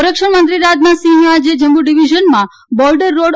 સંરક્ષણ મંત્રી રાજનાથસિંહે આજે જમ્મુ ડિવિઝનમાં બોર્ડર રોડ